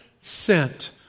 sent